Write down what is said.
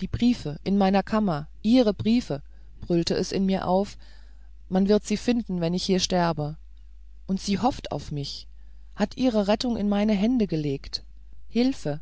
die briefe in meiner kammer ihre briefe brüllte es in mir auf man wird sie finden wenn ich hier sterbe und sie hofft auf mich hat ihre rettung in meine hände gelegt hilfe